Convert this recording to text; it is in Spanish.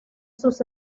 sus